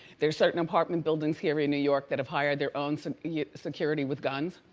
there's certain apartment buildings here in new york that have hired their own so and yeah security with guns.